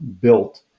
built